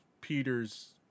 Peter's